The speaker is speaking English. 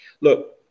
look